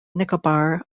nicobar